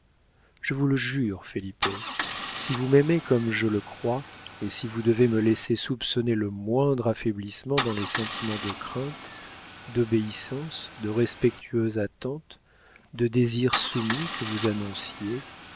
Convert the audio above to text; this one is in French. je vous le jure felipe si vous m'aimez comme je le crois et si vous devez me laisser soupçonner le moindre affaiblissement dans les sentiments de crainte d'obéissance de respectueuse attente de désir soumis que vous annonciez